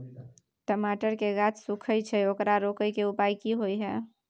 टमाटर के गाछ सूखे छै ओकरा रोके के उपाय कि होय है?